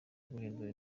guhindura